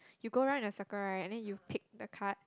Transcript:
you go round in a circle right and then you pick the card